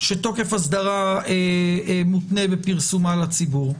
שתוקף אסדרה מותנה בפרסומה לציבור.